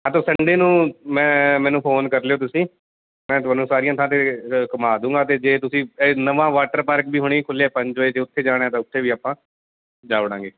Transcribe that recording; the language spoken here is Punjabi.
ਹਾਂ ਤੋ ਸੰਡੇ ਨੂੰ ਮੈਂ ਮੈਨੂੰ ਫੋਨ ਕਰਲਿਓ ਤੁਸੀਂ ਮੈ ਤੁਹਾਨੂੰ ਸਾਰੀਆਂ ਥਾਂ 'ਤੇ ਜਾਂ ਘੁੰਮਾ ਦੂੰਗਾ ਅਤੇ ਜੇ ਤੁਸੀਂ ਅ ਨਵਾਂ ਵਾਟਰ ਪਾਰਕ ਵੀ ਹੁਣੇ ਖੁਲਿਆ ਜੇ ਉੱਥੇ ਜਾਣਾ ਉੱਥੇ ਵੀ ਆਪਾ ਜਾ ਵੜਾਂਗੇ